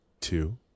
two